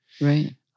Right